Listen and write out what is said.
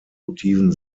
motiven